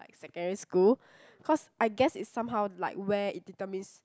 like secondary school cause I guess it's somehow like where it determines